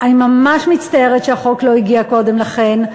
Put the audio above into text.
אני ממש מצטערת שהחוק לא הגיע קודם לכן.